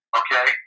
okay